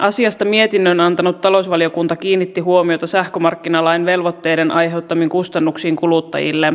asiasta mietinnön antanut talousvaliokunta kiinnitti huomiota sähkömarkkinalain velvoitteiden aiheuttamiin kustannuksiin kuluttajille